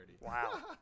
Wow